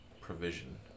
provision